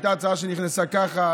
הייתה הצעה שנכנסה ככה,